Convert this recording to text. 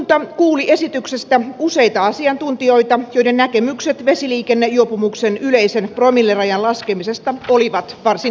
lakivaliokunta kuuli esityksestä useita asiantuntijoita joiden näkemykset vesiliikennejuopumuksen yleisen promillerajan laskemisesta olivat varsin erilaisia